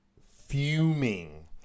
fuming